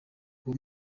uwo